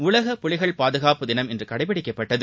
உலக புலிகள் பாதுகாப்பு தினம் இன்று கடைபிடிக்கப்பட்டது